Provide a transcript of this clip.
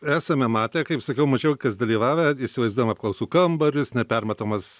esame matę kaip sakiau mačiau kas dalyvavę įsivaizduojam apklausų kambarius nepermatomas